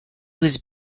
was